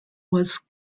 was